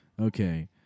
Okay